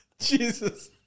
Jesus